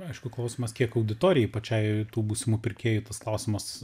aišku klausimas kiek auditorijai pačiai tų būsimų pirkėjų tas klausimas